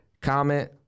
comment